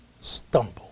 stumble